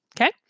Okay